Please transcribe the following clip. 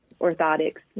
orthotics